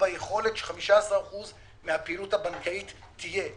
ביכולת ש-15% מהפעילות הבנקאית תהיה.